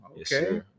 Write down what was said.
Okay